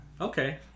Okay